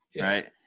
right